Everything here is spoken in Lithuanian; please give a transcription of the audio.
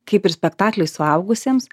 kaip ir spektakliai suaugusiems